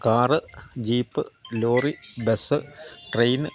car jeep lorry bus train